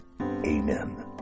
Amen